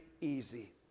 easy